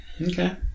Okay